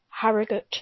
Harrogate